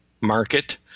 market